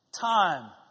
time